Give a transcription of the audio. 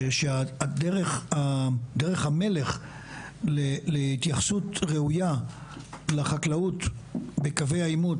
שדרך המלך להתייחסות ראויה לחקלאות בקווי העימות